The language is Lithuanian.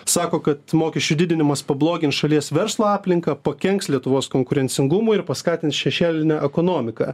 sako kad mokesčių didinimas pablogins šalies verslo aplinką pakenks lietuvos konkurencingumui ir paskatins šešėlinę ekonomiką